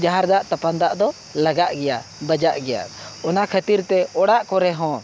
ᱡᱷᱟᱨ ᱫᱟᱜ ᱛᱟᱯᱟᱱ ᱫᱟᱜ ᱫᱚ ᱞᱟᱜᱟᱜ ᱜᱮᱭᱟ ᱵᱟᱡᱟᱜ ᱜᱮᱭᱟ ᱚᱱᱟ ᱠᱷᱟᱛᱤᱨ ᱛᱮ ᱚᱲᱟᱜ ᱠᱚᱨᱮ ᱦᱚᱸ